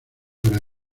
para